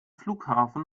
flughafen